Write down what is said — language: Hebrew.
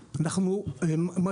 מצליחה,